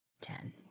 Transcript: ten